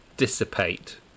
dissipate